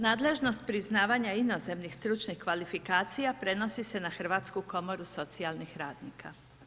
Nadležnost priznavanja inozemnih stručnih kvalifikacija prenosi se na Hrvatsku komoru socijalnih radnika.